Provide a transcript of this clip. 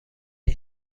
این